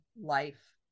life